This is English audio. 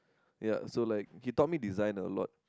ya so like he taught me design a lot